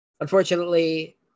Unfortunately